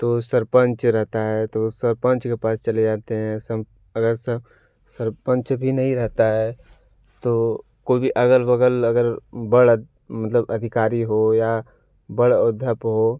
तो सरपंच रहता है तो सरपंच के पास चले जाते हैं अगर सरपंच भी नहीं रहता है तो कोई भी अगल बगल अगर बड़ मतलब अधिकारी हो या बड़ औधा पे हो